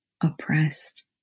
oppressed